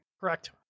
Correct